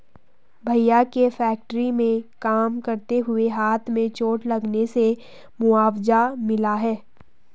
भैया के फैक्ट्री में काम करते हुए हाथ में चोट लगने से मुआवजा मिला हैं